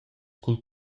cul